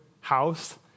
house